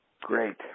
Great